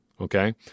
okay